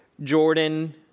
Jordan